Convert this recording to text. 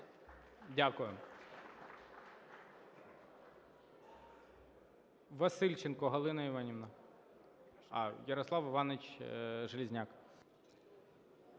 Дякую. Васильченко Галина Іванівна. Ярослав Іванович Железняк.